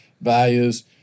values